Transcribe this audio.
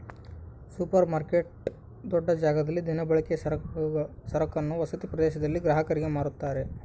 super market ದೊಡ್ಡ ಜಾಗದಲ್ಲಿ ದಿನಬಳಕೆಯ ಸರಕನ್ನು ವಸತಿ ಪ್ರದೇಶದಲ್ಲಿ ಗ್ರಾಹಕರಿಗೆ ಮಾರುತ್ತಾರೆ